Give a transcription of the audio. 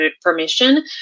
permission